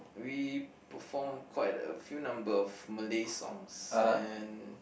we perform quite a few number of Malay songs and